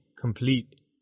complete